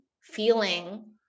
feeling